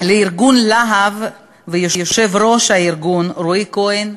לארגון "להב", וליושב-ראש הארגון רועי כהן,